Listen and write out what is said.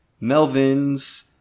Melvin's